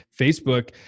facebook